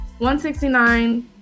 169